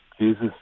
jesus